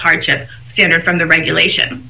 hardship standard from the regulation